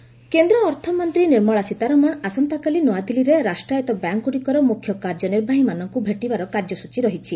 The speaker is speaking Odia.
ଏଫ୍ଏମ୍ ବ୍ୟାଙ୍କ୍ସ୍ କେନ୍ଦ୍ର ଅର୍ଥମନ୍ତ୍ରୀ ନିର୍ମଳା ସୀତାରମଣ ଆସନ୍ତାକାଲି ନୂଆଦିଲ୍ଲୀରେ ରାଷ୍ଟ୍ରାୟତ୍ତ ବ୍ୟାଙ୍କ୍ଗୁଡ଼ିକର ମୁଖ୍ୟ କାର୍ଯ୍ୟନିର୍ବାହୀମାନଙ୍କୁ ଭେଟିବାର କାର୍ଯ୍ୟସ୍ଟଚୀ ରହିଛି